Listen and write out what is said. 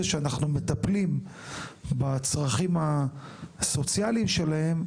שאנחנו מטפלים בצרכים הסוציאליים שלהם,